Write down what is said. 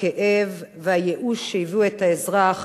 הכאב והייאוש שהביאו את האזרח